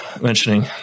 mentioning